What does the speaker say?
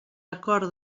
acord